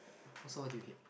so what do you hate